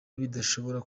bidashobora